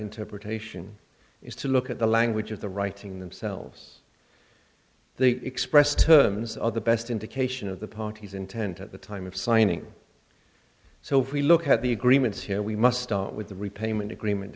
interpretation is to look at the language of the writing themselves the expressed terms are the best indication of the party's intent at the time of signing so if we look at the agreements here we must start with the repayment agreement